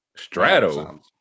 Strato